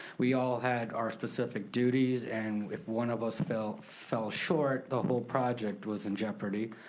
we all had our specific duties and if one of us fell fell short, the whole project was in jeopardy.